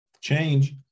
change